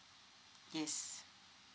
yes